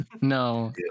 no